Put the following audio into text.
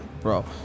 Bro